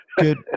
good